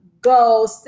Go